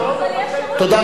אבל יש, זה לא מבטל, תודה רבה.